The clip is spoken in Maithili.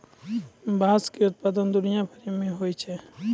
बाँस के उत्पादन दुनिया भरि मे होय छै